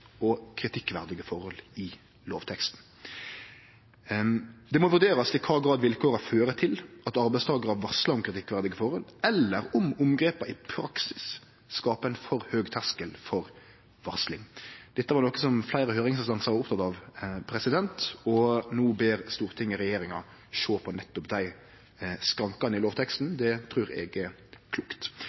om kritikkverdige forhold, eller om omgrepa i praksis skaper ein for høg terskel for varsling. Dette var noko som fleire høyringsinstansar var opptekne av, og no ber Stortinget regjeringa sjå på nettopp dei skrankane i lovteksten. Det trur eg er klokt.